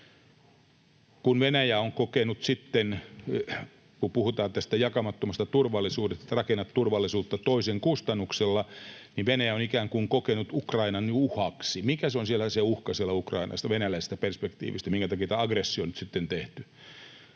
Kun puhutaan tästä jakamattomasta turvallisuudesta, että rakennat turvallisuutta toisen kustannuksella, niin Venäjä on ikään kuin kokenut Ukrainan uhaksi. Mikä se on se uhka siellä Ukrainassa venäläisestä perspektiivistä, minkä takia tämä aggressio on nyt